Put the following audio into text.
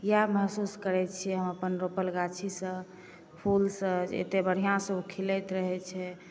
इएह महसूस करै छिए हम अपन रोपल गाछीसँ फूलसँ जे एतेक बढ़िआँसँ ओ खिलैत रहै छै